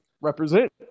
represent